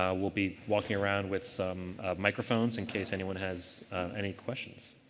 um we'll be walking around with some microphones in case anyone has any questions.